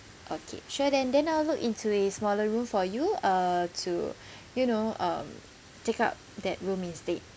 okay sure then then I'll look into a smaller room for you uh to you know uh take up that room instead